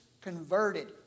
converted